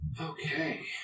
Okay